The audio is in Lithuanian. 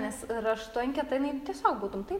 nes raštu anketa jinai tiesiog būtum taip